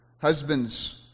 husbands